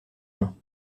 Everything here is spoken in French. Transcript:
mains